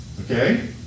okay